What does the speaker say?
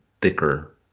thicker